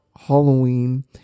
Halloween